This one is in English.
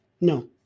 No